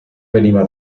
veniva